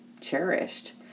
cherished